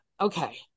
Okay